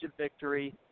victory